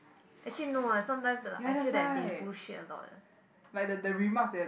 actually no ah sometimes the I feel that they bullshit a lot